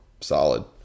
solid